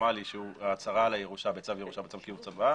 הפורמלי שהוא הצהרה על הירושה בצו ירושה בקיום צוואה